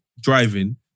driving